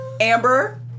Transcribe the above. Amber